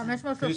ה-530